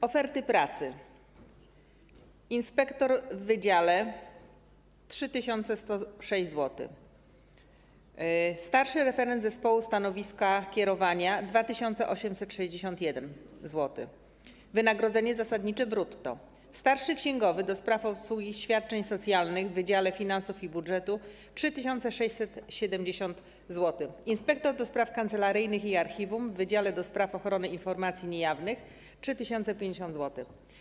Oferty pracy: inspektor w wydziale - 3106 zł, starszy referent zespołu stanowiska kierowania - 2861 zł, wynagrodzenie zasadnicze brutto, starszy księgowy do spraw obsługi świadczeń socjalnych w wydziale finansów i budżetu - 3670 zł, inspektor do spraw kancelaryjnych i archiwum w wydziale do spraw ochrony informacji niejawnych - 3050 zł.